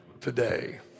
today